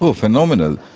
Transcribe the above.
ah phenomenal.